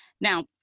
Now